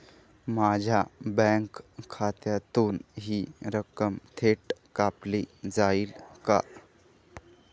माझ्या बँक खात्यातून हि रक्कम थेट कापली जाईल का?